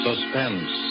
Suspense